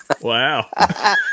Wow